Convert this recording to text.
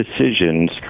decisions